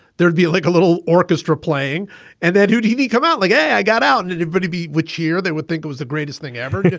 there'd be like a little orchestra playing and then you'd even come out like, hey, i got out. and anybody would cheer. they would think it was the greatest thing ever.